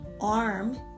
arm